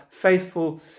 faithful